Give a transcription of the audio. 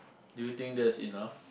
do you think that's enough